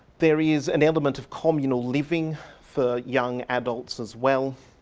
there is an element of communal living for young adults as well.